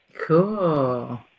Cool